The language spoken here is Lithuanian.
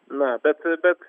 na bet bet